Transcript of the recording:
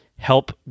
Help